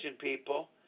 people